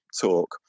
talk